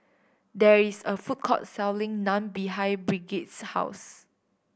there is a food court selling Naan behind Brigitte's house